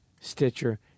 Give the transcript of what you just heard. Stitcher